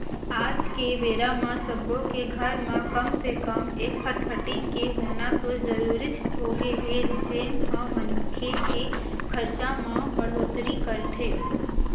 आज के बेरा म सब्बो के घर म कम से कम एक फटफटी के होना तो जरूरीच होगे हे जेन ह मनखे के खरचा म बड़होत्तरी करथे